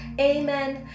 Amen